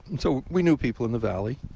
and so we knew people in the valley,